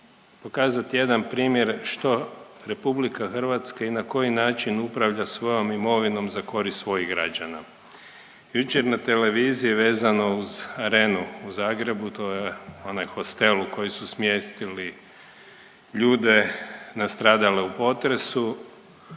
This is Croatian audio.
pokazati jedan primjer što RH i na koji način upravlja svojom imovinom za korist svojih građana. Jučer na televiziji vezano uz Arenu u Zagrebu, to je onaj hostel u koji su smjestili ljude nastradale u potresu,